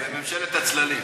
בממשלת הצללים.